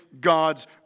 God's